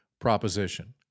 proposition